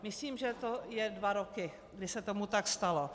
Myslím, že to je dva roky, kdy se tomu tak stalo.